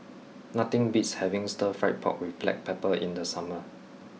nothing beats having stir fried pork with black pepper in the summer